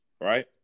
right